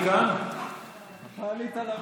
אתה עלית לרגל.